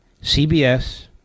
CBS